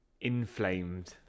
inflamed